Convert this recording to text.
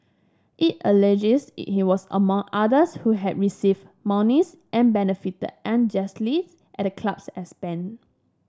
it alleges he was among others who had received monies and benefited unjustly at the club's expense